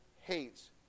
hates